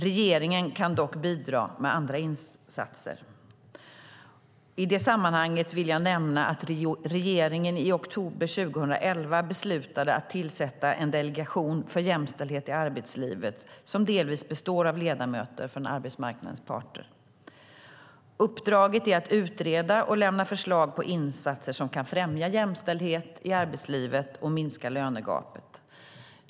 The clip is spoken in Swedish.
Regeringen kan dock bidra med andra insatser. I det sammanhanget vill jag nämna att regeringen i oktober 2011 beslutade att tillsätta en delegation för jämställdhet i arbetslivet som delvis består av ledamöter från arbetsmarknadens parter. Uppdraget är att utreda och lämna förslag på insatser som kan främja jämställdhet i arbetslivet och minska lönegapet.